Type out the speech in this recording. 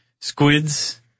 squids